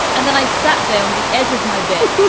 and then i sat there on the edge of my bed.